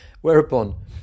Whereupon